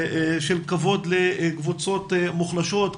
של כבוד לקבוצות מוחלשות,